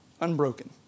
unbroken